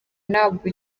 ntabwo